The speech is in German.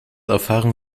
erfahren